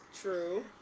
True